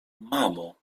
mamo